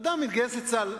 אדם שמתגייס לצה"ל,